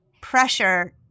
pressure